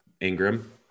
Ingram